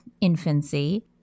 infancy